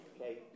Okay